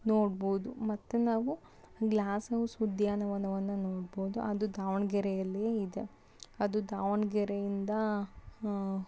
ನೋಡ್ಬೋದು ಮತ್ತೆ ನಾವು ಗ್ಲಾಸ್ ಹೌಸ್ ಉದ್ಯಾನವನವನ್ನು ನೋಡ್ಬೋದು ಅದು ದಾವಣಗೆರೆಯಲ್ಲಿಯೇ ಇದೆ ಅದು ದಾವಣಗೆರೆಯಿಂದ